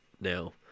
now